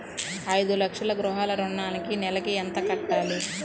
ఐదు లక్షల గృహ ఋణానికి నెలకి ఎంత కట్టాలి?